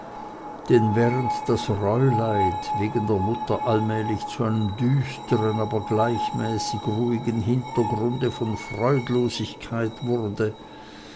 denn während das reuleid wegen der mutter allmählich zu einem düstern aber gleichmäßig ruhigen hintergrunde von freudlosigkeit wurde